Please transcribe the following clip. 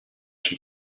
she